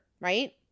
right